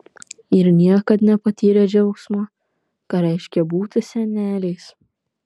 ir niekad nepatyrę džiaugsmo ką reiškia būti seneliais